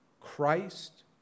Christ